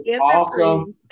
awesome